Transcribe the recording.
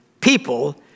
People